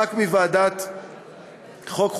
חבר כנסת מוועדת החוקה,